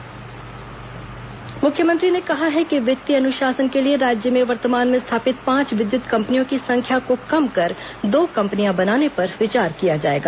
मुख्यमंत्री अनुदान मांग मुख्यमंत्री ने कहा है कि वित्तीय अनुशासन के लिए राज्य में वर्तमान में स्थापित पांच विद्युत कम्पनियों की संख्या को कम कर दो कम्पनियों बनाने पर विचार किया जाएगा